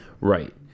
Right